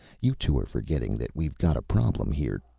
you two are forgetting that we've got a problem here.